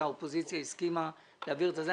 כי האופוזיציה הסכימה להעביר את זה.